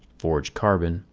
orange carbon,